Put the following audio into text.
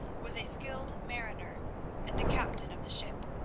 was a skilled mariner and the captain of the ship.